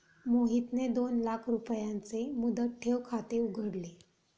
मोहितने दोन लाख रुपयांचे मुदत ठेव खाते उघडले